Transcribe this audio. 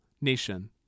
nation